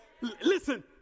Listen